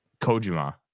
Kojima